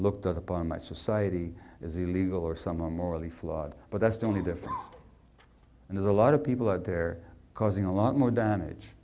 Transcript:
looked upon by society is illegal or someone morally flawed but that's the only difference and there's a lot of people out there causing a lot more damage